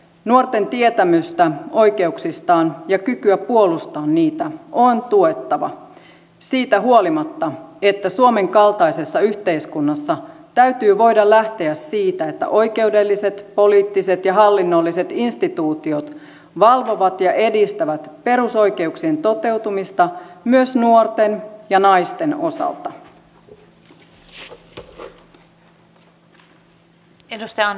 nuorten tietämystä oikeuksistaan ja kykyä puolustaa niitä on tuettava siitä huolimatta että suomen kaltaisessa yhteiskunnassa täytyy voida lähteä siitä että oikeudelliset poliittiset ja hallinnolliset instituutiot valvovat ja edistävät perusoikeuksien toteutumista myös nuorten ja naisten osalta